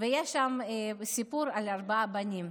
יש שם סיפור על ארבעה בנים.